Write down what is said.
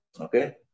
okay